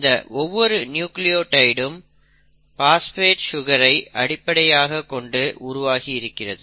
இந்த ஒவ்வொரு நியூக்ளியோடைடும் பாஸ்பேட் சுகர் ஐ அடிப்படையாக கொண்டு உருவாகி இருக்கிறது